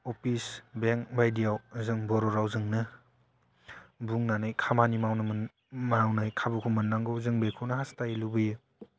office bank बायदियाव जों बर' रावजोंनो बुंनानै खामानि मावनो मावनाय खाबुखौ मोननांगौ जों बेखौनो हास्थायो लुबैयो